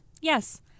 yes